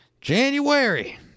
January